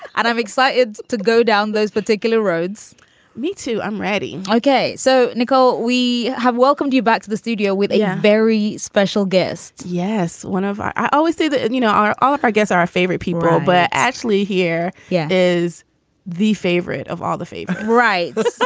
and i'm excited to go down those particular roads me too. i'm ready. okay. so, nicole, we have welcomed you back to the studio with a very special guest yes. one of our i always say that, and you know, our art, i guess our favorite people. but actually here. yeah. is the favorite of all the favorite right.